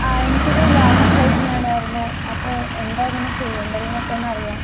ആ എനിക്കൊരു loan apply ചെയ്യാനായിരുന്നു അപ്പോൾ എന്താ അതിന് ചെയ്യേണ്ടതൂന്നൊക്കെ അറിയാൻ